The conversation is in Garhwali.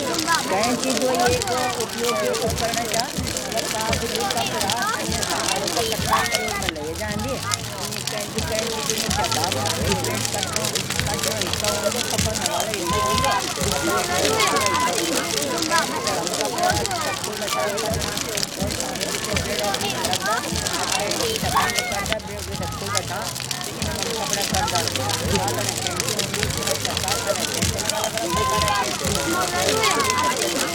कैची जू एक उपकरण चा वा कागज कपडा आदि सामग्री कटणो काम मा लयें जांदी। कैंची जू मुख्य भाग हूंदन । एक ब्लेड मुख्य भाग हूदन पकडो हिस्सा हूद ब्लैड घुमाव हिस्सा हूद कपडा कागज थै हम कैंची बीच मा रखदा। फिर कैंची दुवि सिरो थै खुलदा बंद करदा ज्यां सै कपडा कटे जांदू कैची भी अलग-अलग प्रकार हूदन